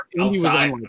outside